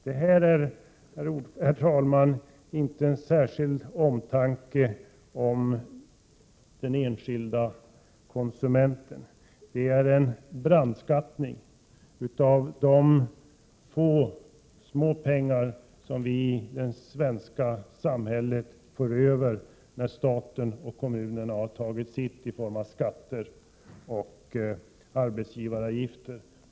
Det här är, herr talman, inte uttryck för en särskild omtanke om den enskilde konsumenten. Det är en brandskattning av de små belopp som människorna i det svenska samhället får över sedan staten och kommunerna har tagit sitt i form av skatter och arbetsgivaravgifter.